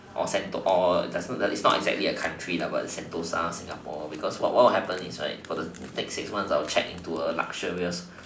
or sento~ or does not it's not exactly a country lah but it's sentosa Singapore because what will happen is like for the next six month is that I would check in to a luxurious